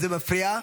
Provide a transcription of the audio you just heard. זה מפריע.